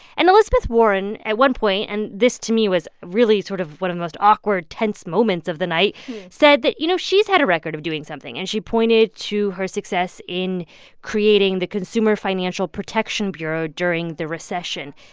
and elizabeth warren, at one point and this, to me, was really sort of one of the most awkward, tense moments of the night said that, you know, she's had a record of doing something. and she pointed to her success in creating the consumer financial protection bureau during the recession.